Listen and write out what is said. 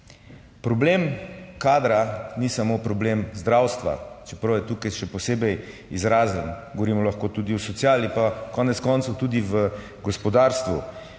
Problem kadra ni samo problem zdravstva, čeprav je tukaj še posebej izražen, govorimo lahko tudi o sociali pa konec koncev tudi v gospodarstvu.